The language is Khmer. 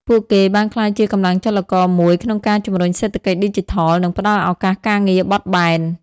ពួកគេបានក្លាយជាកម្លាំងចលករមួយក្នុងការជំរុញសេដ្ឋកិច្ចឌីជីថល និងផ្តល់ឱកាសការងារបត់បែន។